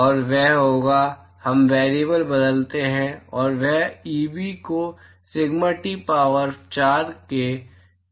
और वह होगा हम वेरिबल बदलते हैं और वह ईबी को सिग्मा टी पावर 4 से dlambdaT में डिवाइड किया जाएगा